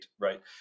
right